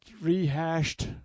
rehashed